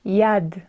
yad